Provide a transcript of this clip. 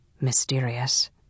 Mysterious